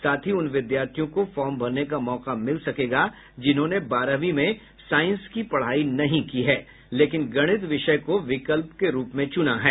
साथ ही उन विद्यार्थियों को फार्म भरने का मौका मिल सकेगा जिन्होंने बारहवीं में साइंस की पढ़ाई नहीं की है लेकिन गणित विषय को विकल्प के रूप में चुना है